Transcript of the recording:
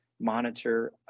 monitor